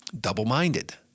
double-minded